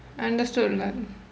understood man